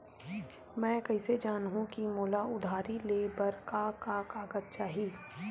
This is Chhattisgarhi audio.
मैं कइसे जानहुँ कि मोला उधारी ले बर का का कागज चाही?